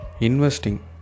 investing